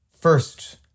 First